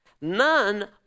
none